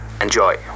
Enjoy